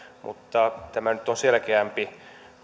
mutta tämä nyt on selkeämpi